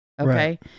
Okay